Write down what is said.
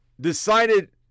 decided